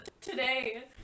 today